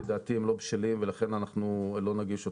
שלדעתי הם לא בשלים ולכן אנחנו לא נגיש אותם.